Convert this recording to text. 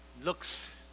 looks